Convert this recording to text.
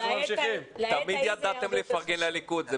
תמיד ידעתם לפרגן לליכוד.